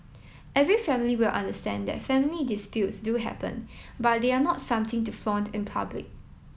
every family will understand that family disputes do happen but they are not something to flaunt in public